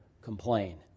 complain